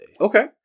Okay